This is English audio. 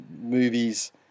movies